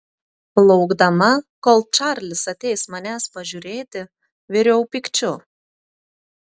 laukdama kol čarlis ateis manęs pažiūrėti viriau pykčiu